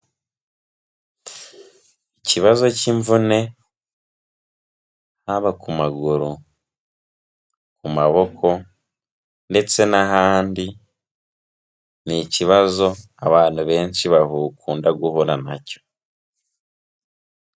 Ikibazo cy'imvune haba ku maguru, ku maboko ndetse n'ahandi, ni ikibazo abana benshi bakunda guhura nacyo.